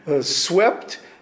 swept